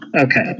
Okay